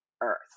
earth